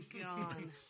gone